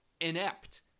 inept